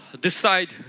decide